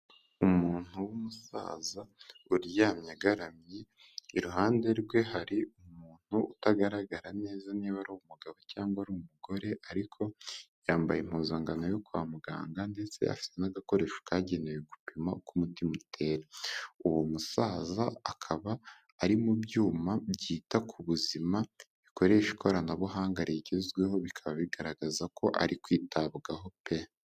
Umuntu w'umusaza uryamye agaramye, iruhande rwe hari umuntu utagaragara neza niba ari umugabo cyangwa ari umugore ariko yambaye impuzankano yo kwa muganga ndetse afite n'gakoresho kagenewe gupima uko umutima utera, uwo musaza akaba ari mu byuma byita ku buzima bikoresha ikoranabuhanga rigezweho, bikaba bigaragaza ko ari kwitabwaho pe!